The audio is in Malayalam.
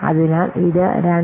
അതിനാൽ ഇത് 2